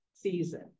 season